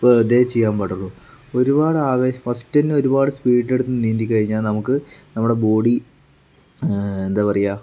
ഇപ്പോൾ ഇതേ ചെയ്യാൻ പാടുള്ളു ഒരുപാടാവേശം ഫസ്റ്റുതന്നെ ഒരുപാട് സ്പീഡെടുത്ത് നീന്തിക്കഴിഞ്ഞാൽ നമുക്ക് നമ്മുടെ ബോഡി എന്താ പറയുക